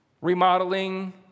remodeling